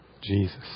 Jesus